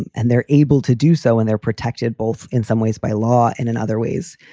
and and they're able to do so in their protected both in some ways by law and in other ways,